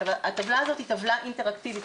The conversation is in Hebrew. הטבלה הזאת היא טבלה אינטראקטיבית.